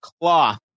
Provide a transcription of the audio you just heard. cloth